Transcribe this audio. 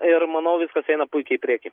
ir manau viskas eina puikiai į priekį